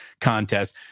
contest